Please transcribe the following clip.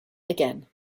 again